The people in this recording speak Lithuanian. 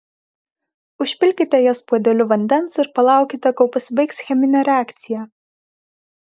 užpilkite jas puodeliu vandens ir palaukite kol pasibaigs cheminė reakcija